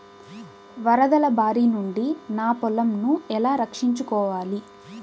వరదల భారి నుండి నా పొలంను ఎలా రక్షించుకోవాలి?